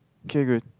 okay good